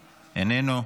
איננו,